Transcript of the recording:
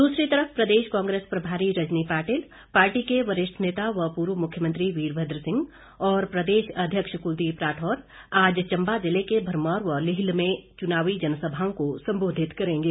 दूसरी तरफ प्रदेश कांग्रेस प्रभारी रजनी पाटील पार्टी के वरिष्ठ नेता व पूर्व मुख्यमंत्री वीरभद्र सिंह और प्रदेश अध्यक्ष कुलदीप राठौर आज कांगड़ा संसदीय क्षेत्र में चम्बा जिले के भरमौर व लीलह में चुनाबी जनसभाओं को संबोधित करेंगे